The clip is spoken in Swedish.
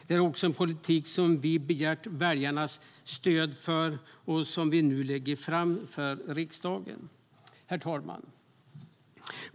Det är också den politik vi har begärt väljarnas stöd för och som vi nu lägger fram för riksdagen. Herr talman!